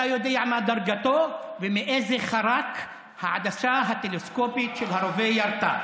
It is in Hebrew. אתה יודע מה דרגתו ומאיזה חרך העדשה הטלסקופית של הרובה ירתה.